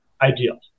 ideal